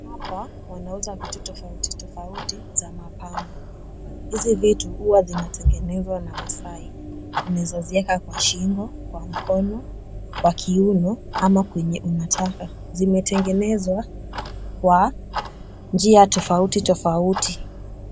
Hapa wanauza vitu tofauti tofauti za mapambo. Hizi vitu huwa zinatengenezwa na Maasai. Unaweza ziweka kwa shingo, kwa mkono, kwa kiuno ama kwenye unataka. Zimetengenezwa kwa njia tofauti tofauti.